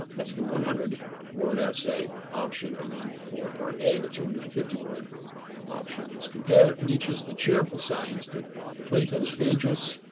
that's the one hundred word essay option and then for part a, the two hundred and fifty word option is compare nietzsche's the cheerful science to plato's phaedrus,